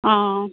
অঁ